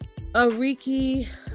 Ariki